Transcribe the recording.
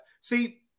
See